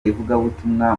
ivugabutumwa